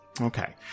Okay